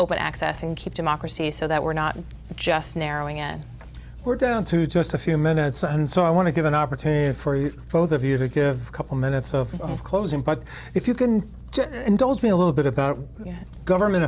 open access and keep democracy so that we're not just narrowing in we're down to just a few minutes and so i want to give an opportunity for both of you to give a couple minutes of closing but if you can indulge me a little bit about government